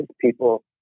people